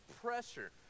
pressure